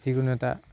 যিকোনো এটা